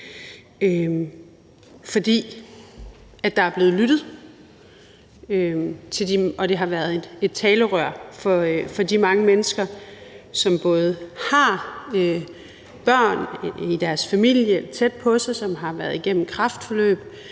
for der er blevet lyttet, og det har været et talerør både for de mange mennesker, som har børn i deres familie tæt på sig, som har været igennem et kræftforløb,